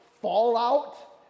fallout